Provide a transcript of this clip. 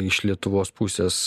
iš lietuvos pusės